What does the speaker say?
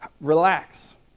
relax